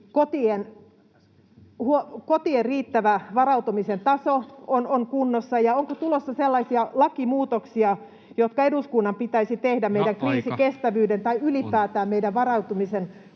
kotien riittävä varautumisen taso on kunnossa, ja onko tulossa sellaisia lakimuutoksia, jotka eduskunnan pitäisi tehdä meidän kriisikestävyyden [Puhemies: Aika!] tai ylipäätään meidän varautumisen